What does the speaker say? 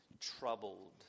troubled